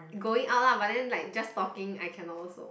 going out lah but then like just talking I cannot also